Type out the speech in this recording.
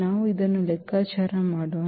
ನಾವು ಇದನ್ನು ಲೆಕ್ಕಾಚಾರ ಮಾಡೋಣ